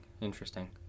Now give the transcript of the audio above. interesting